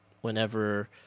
whenever